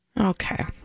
Okay